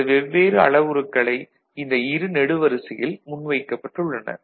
இந்த வெவ்வேறு அளவுருக்களை இந்த இரு நெடுவரிசையில் முன்வைக்கப்பட்டுள்ளன